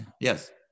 yes